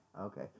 okay